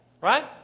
right